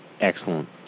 Excellent